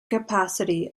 capacity